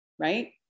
right